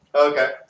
Okay